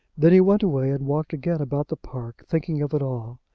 then he went away and walked again about the park, thinking of it all.